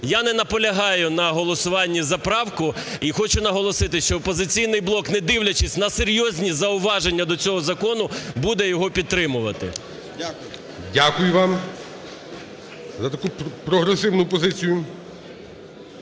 Я не наполягаю на голосуванні за правку і хочу наголосити, що "Опозиційний блок", не дивлячись на серйозні зауваження до цього закону, буде його підтримувати. ГОЛОВУЮЧИЙ. Дякую вам за таку прогресивну позицію.